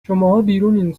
بیرونین